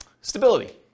stability